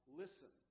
listen